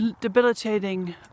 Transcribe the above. debilitating